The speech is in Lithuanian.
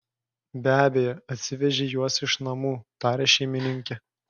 be abejo atsivežei juos iš namų taria šeimininkė